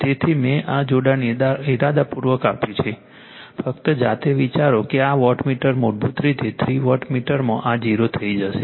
તેથી મેં આ જોડાણ ઈરાદાપૂર્વક આપ્યું છે ફક્ત જાતે વિચારો કે આ વોટમીટર મૂળભૂત રીતે 3 વોટમીટરમાં આ 0 થઈ જશે